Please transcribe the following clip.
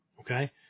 Okay